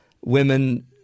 women